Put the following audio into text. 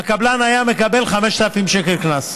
והקבלן היה מקבל 5,000 שקל קנס.